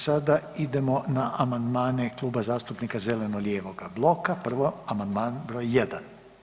Sada idemo na amandmane Kluba zastupnika zeleno-lijevog bloka, prvo amandman br. 1.